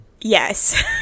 Yes